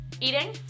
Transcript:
Eating